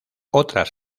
otras